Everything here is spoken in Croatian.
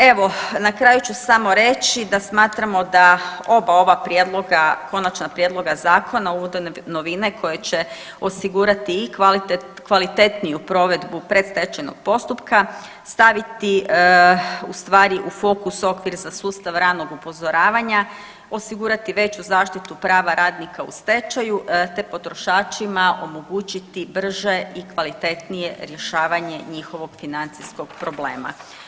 Evo na kraju ću samo reći da smatramo da oba ova prijedloga konačna prijedloga zakona uvode novine koje će osigurati i kvalitetniju provedbu predstečajnog postupka, staviti u fokus u okvir za sustav ranog upozoravanja, osigurati veću zaštitu prava radnika u stečaju te potrošačima omogućiti brže i kvalitetnije rješavanje njihovog financijskog problema.